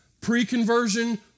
Pre-conversion